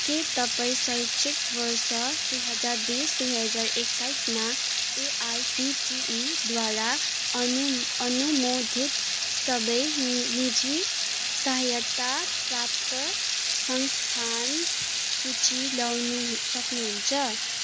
के तपाईँँ शैक्षिक वर्ष दुई हजार बिस दुई हजार एक्काइसमा एआइसिटिईद्वारा अनु अनुमोदित सबै निजी सहायता प्राप्त संस्थान सूची ल्याउनु सक्नुहुन्छ